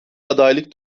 adaylık